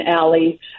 alley